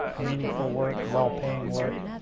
meaningful work, well paying work.